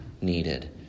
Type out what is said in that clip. needed